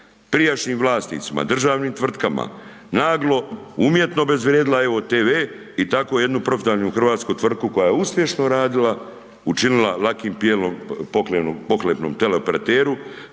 prijašnjim vlasnicima, državnim tvrtkama naglo umjetno obezvrijedila EVO TV i tako jednu profitabilnu hrvatsku tvrtku koja je uspješno radila učinila lakim plijenom pohlepnom teleoperateru